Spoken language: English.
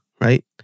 right